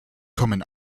kommen